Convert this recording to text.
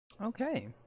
Okay